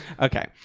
Okay